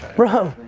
bro!